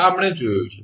આ આપણે જોયું છે